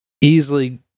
Easily